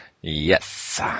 yes